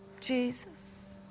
Jesus